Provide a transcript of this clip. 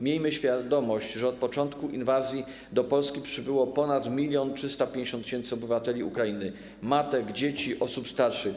Miejmy świadomość, że od początku inwazji do Polski przybyło ponad 1350 tys. obywateli Ukrainy: matek, dzieci, osób starszych.